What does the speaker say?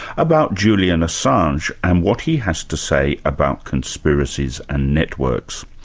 about julian assange and what he has to say about conspiracies and networks.